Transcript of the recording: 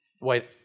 Wait